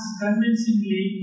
convincingly